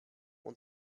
want